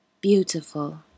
Beautiful